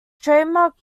trademark